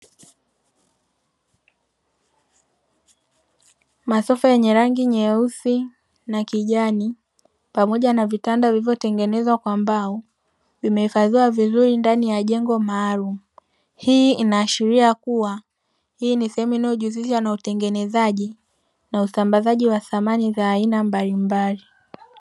Masofa yenye rangi nyeusi na kijani pamoja na vitanda vilivyo tengenezwa kwa mbao, vimehifadhiwa vizuri ndani ya jengo maalumu. Hii inaashiria kuwa hii ni sehsmu inayojihusisha na utengenezaji na usambazaji wa samani za aina mbalimbali.